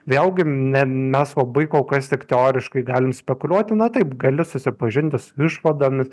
vėlgi ne mes labai kol kas tik teoriškai galim spekuliuoti na taip gali susipažinti su išvadomis